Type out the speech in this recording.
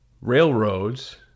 Railroads